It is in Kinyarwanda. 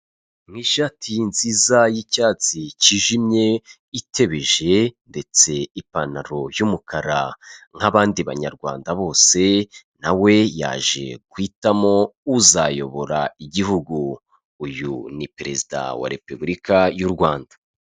Ni ishati nziza y'icyatsi kijimye itebeje ndetse ipantaro y'umukara nk'abandi banyarwanda bose nawe yaje guhitamo uzayobora igihugu, uyu ni perezida wa repubulika y'u Rwanda.